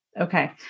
Okay